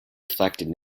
reflected